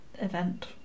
event